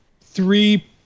Three